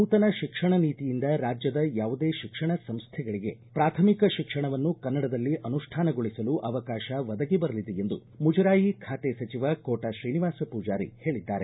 ನೂತನ ಶಿಕ್ಷಣ ನೀತಿಯಿಂದ ರಾಜ್ಯದ ಯಾವುದೇ ಶಿಕ್ಷಣ ಸಂಸ್ಥೆಗಳಿಗೆ ಪ್ರಾಥಮಿಕ ಶಿಕ್ಷಣವನ್ನು ಕನ್ನಡದಲ್ಲಿ ಅನುಷ್ಠಾನಗೊಳಿಸಲು ಅವಕಾಶ ಒದಗಿ ಬರಲಿದೆ ಎಂದು ಮುಜಾರಾಯಿ ಖಾತೆ ಸಚಿವ ಕೋಟ ಶ್ರೀನಿವಾಸ ಪೂಜಾರಿ ಹೇಳಿದ್ದಾರೆ